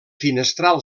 finestral